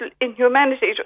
inhumanity